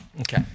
Okay